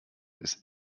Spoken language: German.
ist